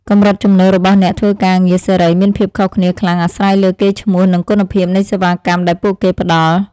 កម្រិតចំណូលរបស់អ្នកធ្វើការងារសេរីមានភាពខុសគ្នាខ្លាំងអាស្រ័យលើកេរ្តិ៍ឈ្មោះ និងគុណភាពនៃសេវាកម្មដែលពួកគេផ្តល់។